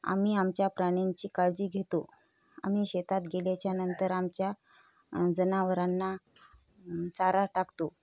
आम्ही आमच्या प्राण्यांची काळजी घेतो आम्ही शेतात गेल्याच्या नंतर आमच्या जनावरांना चारा टाकतो